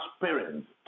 parents